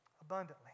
abundantly